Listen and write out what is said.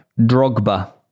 Drogba